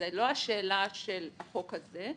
זו לא השאלה של החוק הזה,